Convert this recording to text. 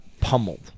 pummeled